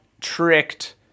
tricked